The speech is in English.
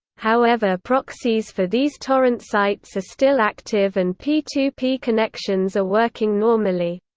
however proxies for these torrent sites are still active and p two p connections are working normally.